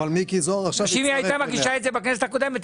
אם היא הייתה מגישה את זה בכנסת הקודמת,